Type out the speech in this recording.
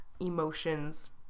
emotions